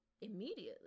immediately